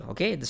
Okay